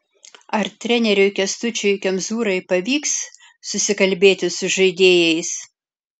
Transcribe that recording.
ar treneriui kęstučiui kemzūrai pavyks susikalbėti su žaidėjais